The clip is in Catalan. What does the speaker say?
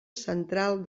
central